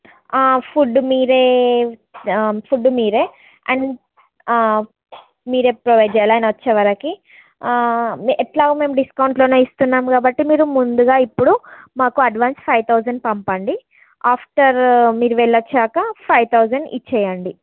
food మీరే food మీరే and మీరే ప్రొవైడ్ చెయ్యాలి ఆయన వచ్చేసరికి ఎలాగా మేము డిస్కౌంట్లోనే ఇస్తున్నాం కాబట్టి మీరు ముందుగా ఇప్పుడు మాకు అడ్వాన్స్ ఫైవ్ థౌజండ్ పంపండి ఆఫ్టర్ మీరు వెళ్ళీ వచ్చాక ఫైవ్ థౌజండ్ ఇచ్చెయ్యండి